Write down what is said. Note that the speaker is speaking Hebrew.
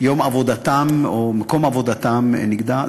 יום עבודתם או מקום עבודתם נגדע.